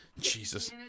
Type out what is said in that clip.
Jesus